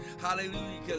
Hallelujah